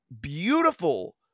beautiful